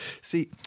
See